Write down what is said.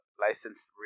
licensed